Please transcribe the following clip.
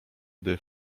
gdy